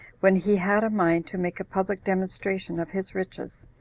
when he had a mind to make a public demonstration of his riches,